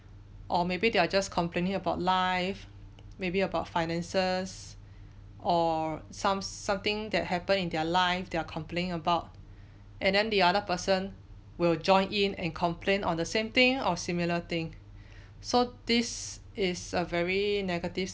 or maybe they are just complaining about life maybe about finances or some something that happened in their life they're complaining about and then the other person will join in and complain on the same thing or similar thing so this is a very negative